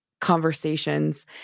conversations